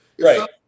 right